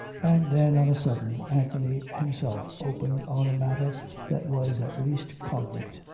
and then, on a sudden, anthony himself opened on a matter that was at least cognate.